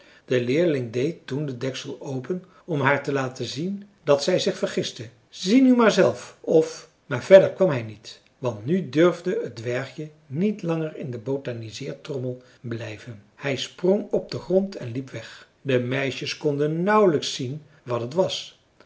de leerling deed toen den deksel open om haar te laten zien dat zij zich vergiste zie nu maar zelf of maar verder kwam hij niet want nu durfde het dwergje niet langer in de botaniseertrommel blijven hij sprong op den grond en liep weg de meisjes konden nauwelijks zien wat het was